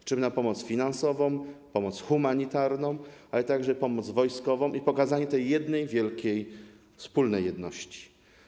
Liczymy na pomoc finansową, pomoc humanitarną, ale także pomoc wojskową i na pokazanie tej jednej, wielkiej, wspólnej jedności.